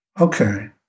Okay